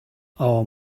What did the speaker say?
our